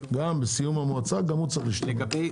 בסיום המועצה גם הוא צריך להשתחרר.